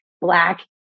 Black